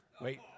Wait